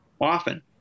often